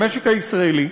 למשק הישראלי,